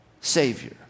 savior